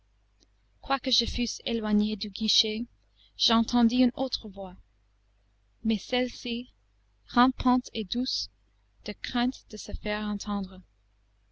quoique je fusse éloigné du guichet j'entendis une autre voix mais celle-ci rampante et douce de crainte de se faire entendre